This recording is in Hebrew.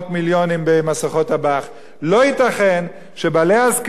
לא ייתכן שבעלי הזקנים יהיו מחוץ לתקציב.